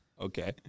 Okay